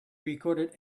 recorded